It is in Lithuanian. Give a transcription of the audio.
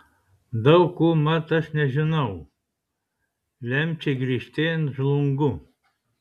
daug ko mat aš nežinau lemčiai griežtėjant žlungu